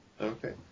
Okay